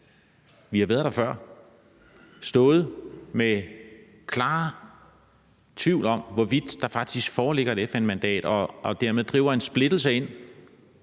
hvor vi har stået med en klar tvivl om, hvorvidt der faktisk foreligger et FN-mandat, og man dermed driver en splittelse ind,